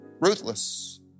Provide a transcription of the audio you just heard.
ruthless